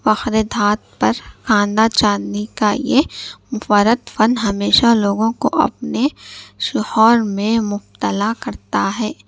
فخرِ دھات پر خاندا چاندنی کا یہ منفرد فن ہمیشہ لوگوں کو اپنے شہور میں مبتلا کرتا ہے